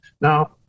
Now